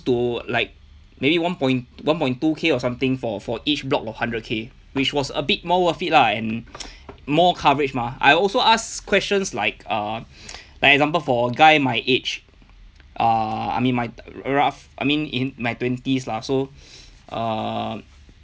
to like maybe one point one point two K or something for for each block of hundred K which was a bit more worth it lah and more coverage mah I also ask questions like uh like example for a guy my age uh I mean my rough I mean in my twenties lah so um